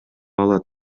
алат